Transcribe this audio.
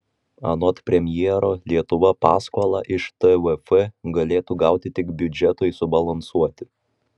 anot premjero lietuva paskolą iš tvf galėtų gauti tik biudžetui subalansuoti